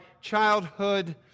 childhood